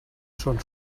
són